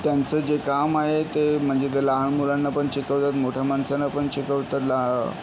त्यांचं जे काम आहे ते म्हणजे ते लहान मुलांना पण शिकवतात मोठ्या माणसांना पण शिकवतात लहा